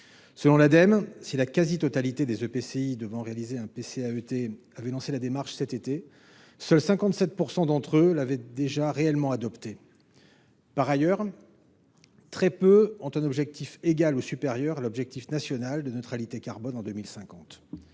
de coopération intercommunale (EPCI) devant réaliser un PCAET avaient lancé la démarche cet été, seuls 57 % d’entre eux l’avaient déjà réellement adopté. Par ailleurs, très peu ont un objectif égal ou supérieur à l’objectif national de neutralité carbone en 2050.